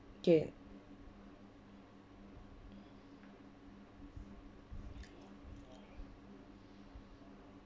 k